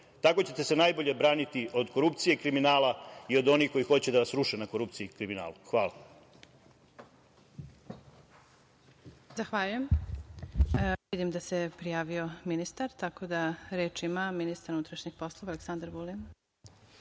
Tako ćete se najbolje braniti od korupcije i kriminala i od onih koji hoće da vas ruše na korupciji i kriminalu. Hvala.